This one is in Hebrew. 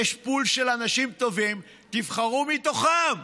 יש פול של אנשים טובים, תבחרו מתוכם.